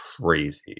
crazy